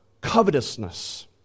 covetousness